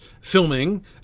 filming